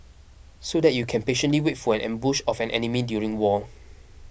so that you can patiently wait for an ambush of an enemy during war